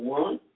one